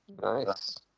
Nice